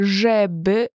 żeby